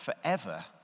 forever